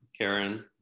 Karen